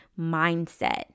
mindset